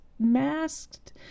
masked